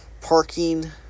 parking